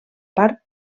part